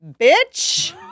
bitch